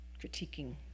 critiquing